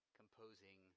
composing